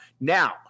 Now